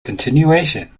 continuation